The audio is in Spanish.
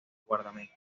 guardameta